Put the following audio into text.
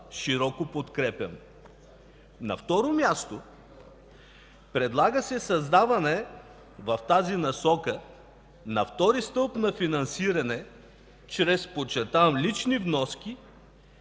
широко подкрепям. На второ място, предлага се създаване в тази насока на втори стълб на финансиране чрез, подчертавам, лични вноски,